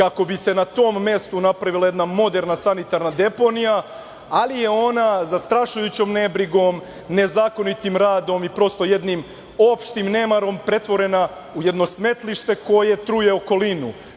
kako bi se na tom mestu napravila jedna moderna sanitarna deponija, ali je ona zastrašujućom nebrigom, nezakonitim radom i prosto jednim opštim nemarom pretvorena u jedno smetlište koje truje okolino.S